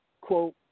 quote